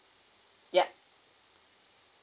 yup